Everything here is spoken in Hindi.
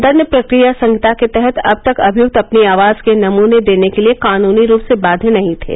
दण्ड प्रक्रिया संहिता के तहत अब तक अभियुक्त अपनी आवाज के नमूने देने के लिए कानूनी रूप से बाध्य नहीं थे